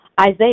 Isaiah